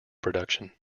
production